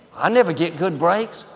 i never get good breaks.